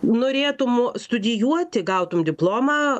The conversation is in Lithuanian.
norėtum studijuoti gautum diplomą